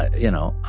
you know,